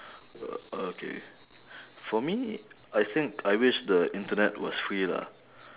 uh okay for me I think I wish the internet was free lah